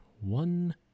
one